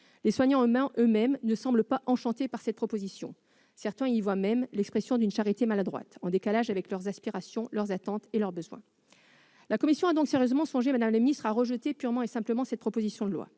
Les soignants eux-mêmes ne semblent pas enchantés par cette proposition. Certains y voient même l'expression d'une charité maladroite, en décalage avec leurs aspirations, avec leurs attentes et avec leurs besoins. La commission a donc sérieusement songé à rejeter purement et simplement cette proposition de loi.